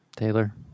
Taylor